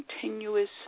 continuous